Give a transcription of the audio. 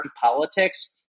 politics